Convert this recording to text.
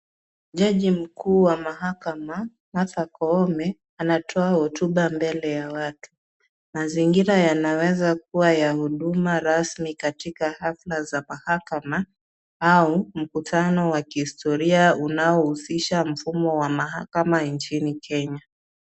Jaji mkuu wa mahakama Martha Koome anatoa hotuba mbele ya watu. Mazingira yanaweza kuwa ya huduma rasmi katika hafla za mahakama au mkutano wa kihistoria unaohusisha mfumo wa mahakama nchini Kenya.